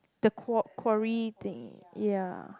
the qua~ quarry thing ya